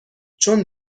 چون